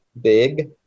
big